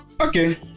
Okay